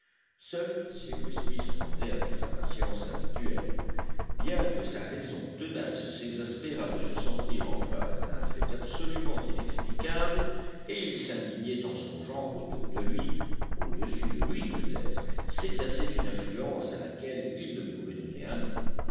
seul cyrus smith attendait avec sa patience habituelle bien que sa raison tenace s'exaspérât de se sentir en face d'un fait absolument inexplicable et il s'indignait en songeant qu'autour de lui au-dessus de lui peutêtre s'exerçait une influence à laquelle il ne pouvait donner un nom